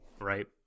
right